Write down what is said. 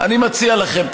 אני מציע לכם,